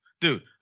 Dude